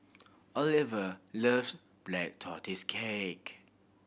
Oliver love Black Tortoise Cake